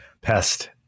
pest